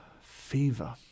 fever